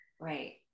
Right